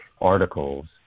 articles